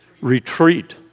Retreat